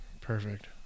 perfect